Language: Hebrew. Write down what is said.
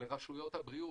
לרשויות הבריאות.